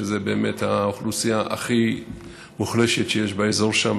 שזו באמת האוכלוסייה הכי מוחלשת שיש באזור שם,